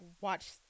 watch